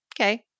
Okay